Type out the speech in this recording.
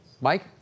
Mike